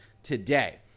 today